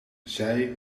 zij